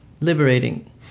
liberating